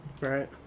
right